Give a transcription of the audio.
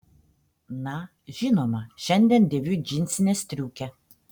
na žinoma šiandien dėviu džinsinę striukę